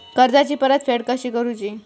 कर्जाची परतफेड कशी करुची?